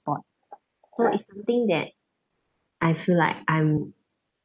spot so it's something that I feel like I'm